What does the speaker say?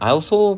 I also